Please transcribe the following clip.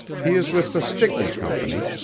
he is with the stickney company,